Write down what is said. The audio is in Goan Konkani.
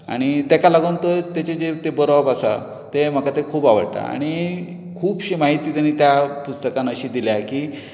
आनी ताका लागून तो तेचें जें बरोवप आसा तें म्हाका तें खूब आवडटा आनी खुबशी म्हायती ताणें त्या पुस्तकांत अशी दिल्या